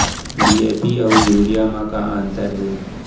DAP अऊ urea म का अंतर हे?